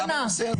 שאלה בנושא הזה?